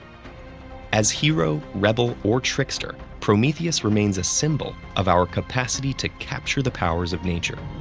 as hero, rebel, or trickster, prometheus remains a symbol of our capacity to capture the powers of nature,